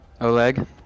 Oleg